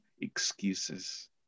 excuses